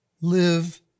live